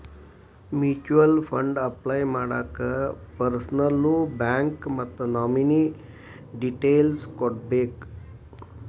mutual fund apply ಮಾಡಾಕ ಪರ್ಸನಲ್ಲೂ bank ಮತ್ತ ನಾಮಿನೇ ಡೇಟೇಲ್ಸ್ ಕೋಡ್ಬೇಕ್